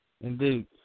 Indeed